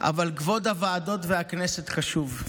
אבל כבוד הוועדות והכנסת חשוב.